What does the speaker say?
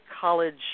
college